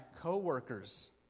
co-workers